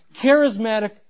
charismatic